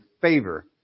favor